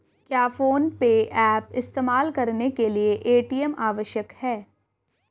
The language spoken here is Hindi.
क्या फोन पे ऐप इस्तेमाल करने के लिए ए.टी.एम आवश्यक है?